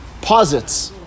posits